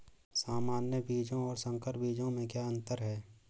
सामान्य बीजों और संकर बीजों में क्या अंतर है?